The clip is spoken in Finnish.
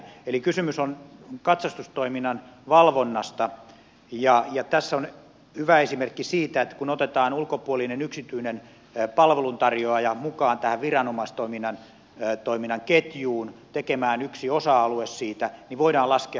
eli kysymys on katsastustoiminnan valvonnasta ja tässä on hyvä esimerkki siitä että kun otetaan ulkopuolinen yksityinen palveluntarjoaja mukaan tähän viranomaistoiminnan ketjuun tekemään yksi osa alue siitä niin voidaan laskea kustannuksia